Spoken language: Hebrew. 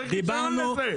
צריך רישיון לזה.